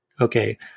Okay